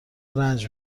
رنج